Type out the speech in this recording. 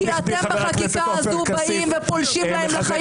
כי אתם בחקיקה הזאת באים ופולשים להם לחיים